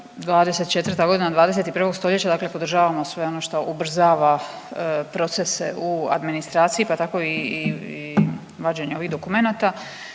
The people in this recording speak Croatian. '24. godina 21. stoljeća, dakle podržavamo sve ono šta ubrzava procese u administraciji pa tako i vađenje ovih dokumenata